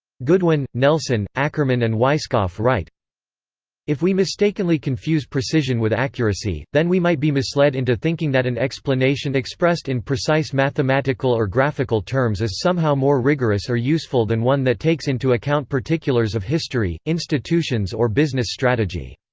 goodwin, nelson, ackerman and weisskopf write if we mistakenly confuse precision with accuracy, then we might be misled into thinking that an explanation expressed in precise mathematical or graphical terms is somehow more rigorous or useful than one that takes into account particulars of history, institutions or business strategy.